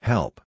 Help